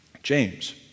James